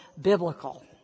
biblical